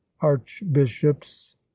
archbishops